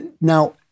Now